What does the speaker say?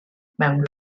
mewn